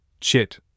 chit